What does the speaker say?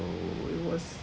we was